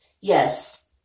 Yes